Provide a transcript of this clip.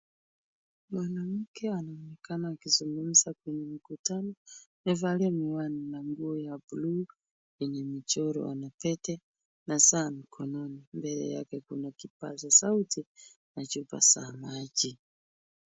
Mwanamke anaonekana akizungumza kwenye mkutano. Amevalia miwani na nguo ya buluu yenye michoro, anapete na saa mkononi na mbele yake kuna kipaza sauti na chupa za maji.